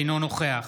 אינו נוכח